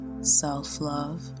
self-love